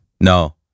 No